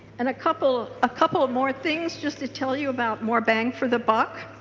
and couple ah couple of more things just to tell you about more bang for the buck.